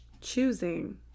choosing